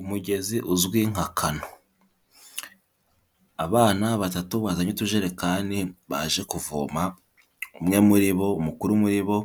Umugezi uzwi nka kana, abana batatu bazanye utujerekani baje kuvoma, umwe muri bo mukuru muri bo